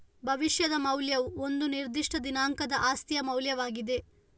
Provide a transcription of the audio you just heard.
ಭವಿಷ್ಯದ ಮೌಲ್ಯವು ಒಂದು ನಿರ್ದಿಷ್ಟ ದಿನಾಂಕದ ಆಸ್ತಿಯ ಮೌಲ್ಯವಾಗಿದೆ